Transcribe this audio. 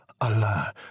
Allah